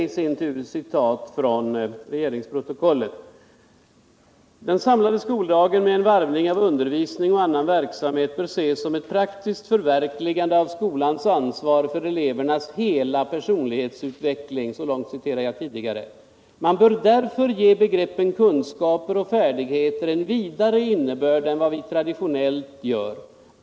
I mitt huvudanförande citerade jag följande mening: ”Den samlade skoldagen med en varvning av undervisning och annan verksamhet bör ses som ett praktiskt förverkligande av skolans ansvar för elevernas hela personlighetsutveckling.” Därefter heter det: ”Man bör därför ge begreppen kunskaper och färdigheter en vidare innebörd än vad vi traditionellt gör.